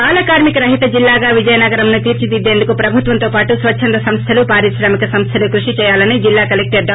బాలకార్మిక రహిత జిల్లాగా విజయనగరంను తీర్చి దిద్దేందుకు ప్రభుత్వంతోపాటు స్వచ్చందసంస్థలు పారిశ్రామిక సంస్థలు కృషిచేయాలని జిల్లా కలెక్షర్ డా